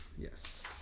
Yes